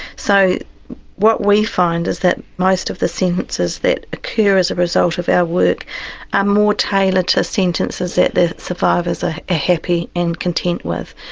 so what we find is that most of the sentences that occur as a result of our work are more tailored to sentences that the survivors are ah ah happy and content with.